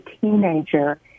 teenager